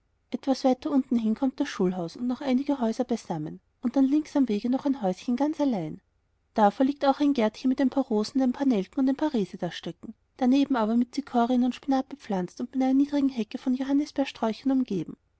etwas weiter unten hin kommt das schulhaus und noch einige häuser beisammen und dann links am wege noch ein häuschen ganz allein davor liegt auch ein gärtchen mit ein paar rosen und ein paar nelken und ein paar resedastöckchen daneben aber mit zichorien und spinat bepflanzt und mit einer niederen hecke von johannisbeersträuchern umgeben